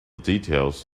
details